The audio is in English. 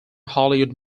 hollywood